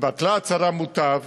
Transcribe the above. אם בטלה הצרה מוטב,